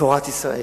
תורת ישראל.